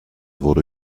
wurde